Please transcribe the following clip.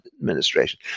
administration